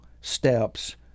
steps